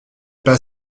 pas